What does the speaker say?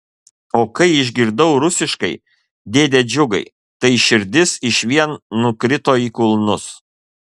o kai išgirdau rusiškai dėde džiugai tai širdis išvien nukrito į kulnus